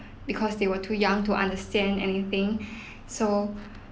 because they were too young to understand anything so